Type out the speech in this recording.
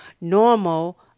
normal